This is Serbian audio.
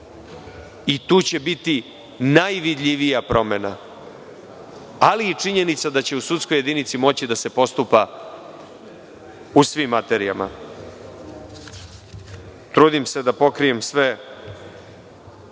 i tu će biti najvidljivija primena, ali i činjenica da će u sudskoj jedinici moći da se postupa u svim materijama. Trudim se da pokrijem sve